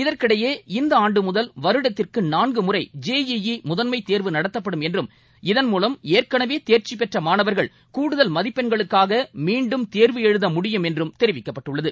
இதற்கிடையே இந்த ஆண்டு முதல் வருடத்திற்கு நான்கு முறை ஜே இ இ முதன்மை தேர்வு நடத்தப்படும் என்றும் இதன் மூலம் ஏற்கெனவே தேர்ச்சி பெற்ற மாணவர்கள் கூடுதல் மதிப்பெண்களுக்காக மீண்டும் தேர்வு எழுத முடியும் என்றம் தெரிவிக்கப்பட்டுள்ளது